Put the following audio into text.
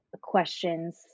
questions